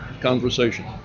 conversation